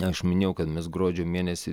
aš minėjau kad mes gruodžio mėnesį